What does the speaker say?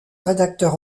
rédacteur